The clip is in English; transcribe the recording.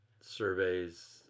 surveys